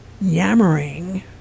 yammering